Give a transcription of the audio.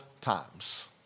times